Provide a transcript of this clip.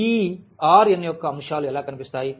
ఈ R n యొక్క అంశాలు ఎలా కనిపిస్తాయి